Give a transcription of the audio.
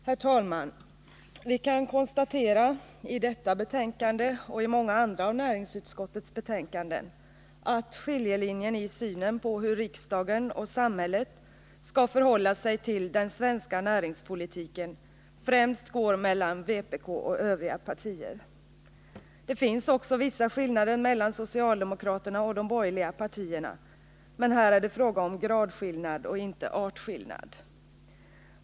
Herr talman! Vi kan konstatera — i detta betänkande, ochi många andra av näringsutskottets betänkanden — att skiljelinjen i synen på hur riksdagen och samhället skall förhålla sig till den svenska näringspolitiken främst går mellan vpk och övriga partier. Det finns också vissa skillnader mellan socialdemokraterna och de borgerliga partierna, men här är det fråga om en gradskillnad och inte en artskillnad.